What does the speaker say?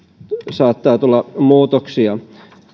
saattaa tulla muutoksia